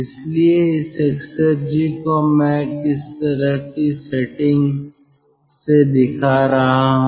इसलिए इस एक्सेरजी को मैं किसी तरह की सेटिंग से दिखा रहा हूँ